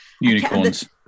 Unicorns